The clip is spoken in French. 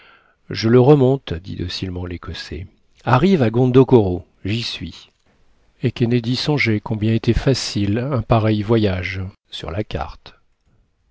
je le remonte dit docilement l'écossais arrive à gondokoro j'y suis et kennedy songeait combien était facile un pareil voyage sur la carte